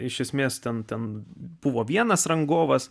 iš esmės ten ten buvo vienas rangovas